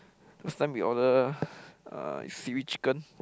last time we order uh seaweed chicken